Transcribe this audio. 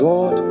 God